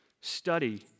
Study